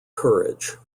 courage